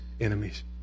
enemies